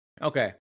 Okay